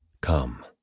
Come